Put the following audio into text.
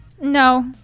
No